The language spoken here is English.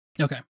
Okay